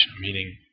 meaning